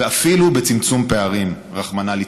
ואפילו בצמצום פערים, רחמנא לצלן.